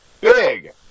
big